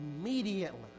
immediately